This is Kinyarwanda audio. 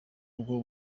bwo